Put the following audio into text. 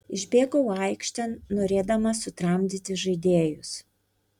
išbėgau aikštėn norėdamas sutramdyti žaidėjus